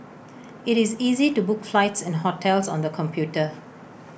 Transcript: IT is easy to book flights and hotels on the computer